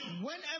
whenever